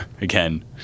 Again